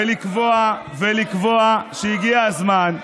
ולקבוע שהגיע הזמן,